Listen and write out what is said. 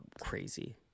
crazy